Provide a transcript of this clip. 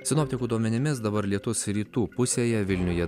sinoptikų duomenimis dabar lietus rytų pusėje vilniuje